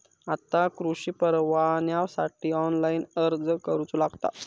आता कृषीपरवान्यासाठी ऑनलाइन अर्ज करूचो लागता